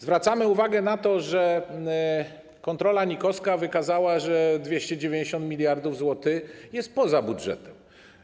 Zwracamy uwagę na to, że kontrola NIK wykazała, że 290 mld zł jest poza budżetem.